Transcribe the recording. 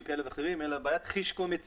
כאלה ואחרים אלא בעיית חישקומצין.